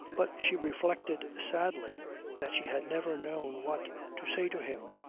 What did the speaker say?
but she reflected sadly that she had never known what to say to him.